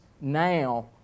now